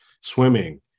Swimming